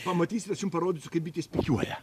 pamatysit aš jum parodysiu kaip bitės pikiuoja